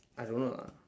I don't know lah